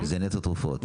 זה נטו תרופות.